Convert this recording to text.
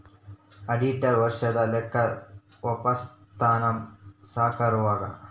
auditor ವರ್ಷದ ಲೆಕ್ಕ ವಪ್ಪುಸ್ತಾನ ಸಾವ್ಕರುಗಾ